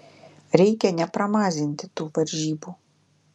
reikia nepramazinti tų varžybų